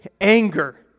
anger